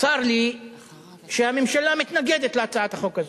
צר לי שהממשלה מתנגדת להצעת החוק הזאת,